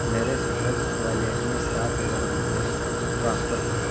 میرے Citrus wallet میں سات ہزار روپے ٹرانسفر کرو